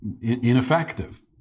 ineffective